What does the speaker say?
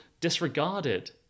disregarded